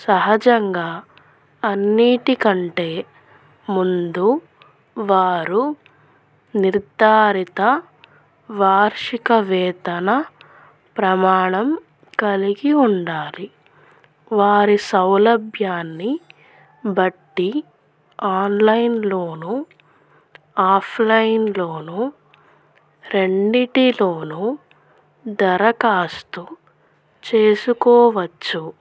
సహజంగా అన్నింటి కంటే ముందు వారు నిర్ధారిత వార్షిక వేతన ప్రమాణం కలిగి ఉండాలి వారి సౌలభ్యాన్ని బట్టి ఆన్లైన్లోను ఆఫ్లైన్లోను రెండింటిలోను దరఖాస్తు చేసుకోవచ్చు